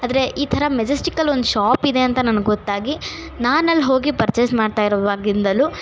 ಆದರೆ ಈ ಥರ ಮೆಜೆಸ್ಟಿಕ್ಕಲ್ಲಿ ಒಂದು ಶಾಪಿದೆ ಅಂತ ನನಗೆ ಗೊತ್ತಾಗಿ ನಾನು ಅಲ್ಲಿ ಹೋಗಿ ಪರ್ಚೇಸ್ ಮಾಡ್ತಾಯಿರುವಾಗಿಂದಲೂ